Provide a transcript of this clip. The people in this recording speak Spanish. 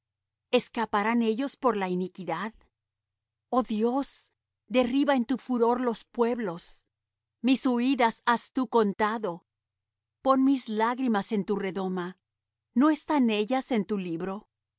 escaparán ellos por la iniquidad oh dios derriba en tu furor los pueblos mis huídas has tú contado pon mis lágrimas en tu redoma no están ellas en tu libro